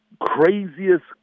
craziest